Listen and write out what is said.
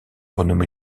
renommer